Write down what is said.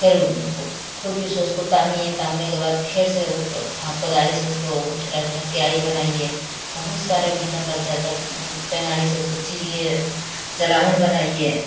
फिर उनको खुरपी से उसको तामिए तामने के बाद फिर से ऊ को उसको कोदारी से उसको छोटा छोटा क्यारी बनाइए बहुस सारे मेहनत लगता है तब वो टेंगारी से उसको चीरिए जलावन बनाइए